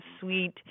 sweet